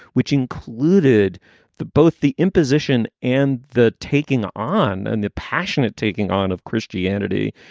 which included the both the imposition and the taking ah on and the passionate taking on of christianity.